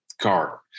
car